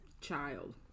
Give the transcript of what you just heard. child